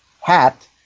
hat